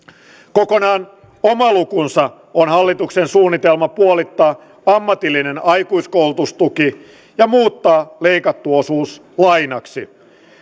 kokonaan oma lukunsa on hallituksen suunnitelma puolittaa ammatillinen aikuiskoulutustuki ja muuttaa leikattu osuus lainaksi